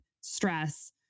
stress